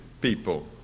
people